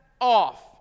off